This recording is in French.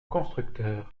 constructeurs